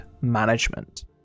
management